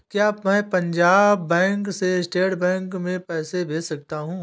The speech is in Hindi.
क्या मैं पंजाब बैंक से स्टेट बैंक में पैसे भेज सकता हूँ?